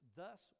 thus